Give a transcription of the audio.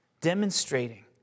demonstrating